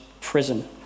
prison